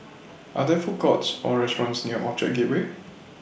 Are There Food Courts Or restaurants near Orchard Gateway